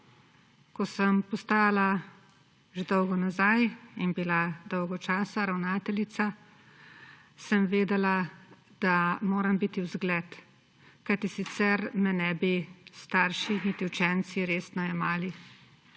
Ko sem postala že dolgo nazaj in bila dolgo časa ravnateljica, sem vedela, da moram biti vzgled, kajti sicer me ne bi niti starši niti učenci resno jemali.